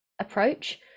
approach